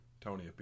Tony